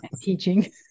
teaching